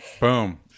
Boom